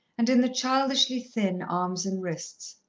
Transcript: and in the childishly thin arms and wrists.